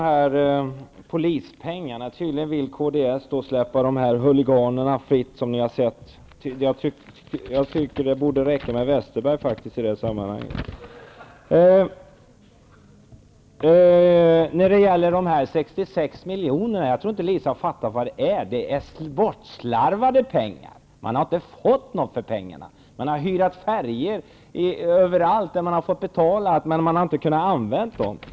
Herr talman! Apropå polispengarna vill kds tydligen släppa de huliganer som ni har sett fritt. Jag tycker att det borde räcka med Westerberg i det sammanhanget. När det gäller de 66 miljonerna tror jag inte att Liisa Rulander har förstått vad det är fråga om. Det är bortslarvade pengar. Man har inte fått något för pengarna. Man har hyrt färjor överallt som man har fått betala för, men man har inte kunnat använda dem.